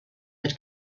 had